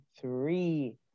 three